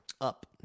Up